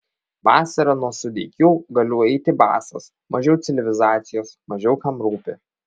vasarą nuo sudeikių galiu eiti basas mažiau civilizacijos mažiau kam rūpi